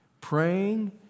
praying